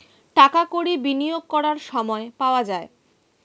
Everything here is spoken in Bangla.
টাকা কড়ি বিনিয়োগ করার সময় পাওয়া যায়